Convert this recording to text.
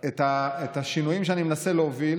השינויים שאני מנסה להוביל